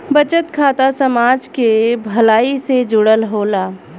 बचत खाता समाज के भलाई से जुड़ल होला